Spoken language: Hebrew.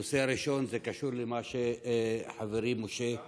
הנושא הראשון קשור למה שחברי משה העלה,